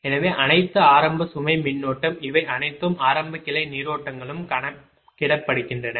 எனவே அனைத்து ஆரம்ப சுமை மின்னோட்டம் இவை அனைத்தும் ஆரம்ப கிளை நீரோட்டங்களும் கணக்கிடப்படுகின்றன